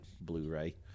blu-ray